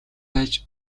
байж